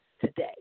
today